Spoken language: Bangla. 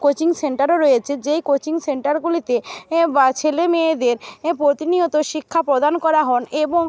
কোচিং সেন্টারও রয়েছে যেই কোচিং সেন্টারগুলিতে এ বা ছেলে মেয়েদের এ প্রতিনিয়ত শিক্ষা প্রদান করা হন এবং